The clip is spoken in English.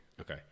Okay